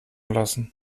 lassen